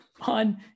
on